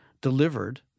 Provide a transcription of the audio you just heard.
delivered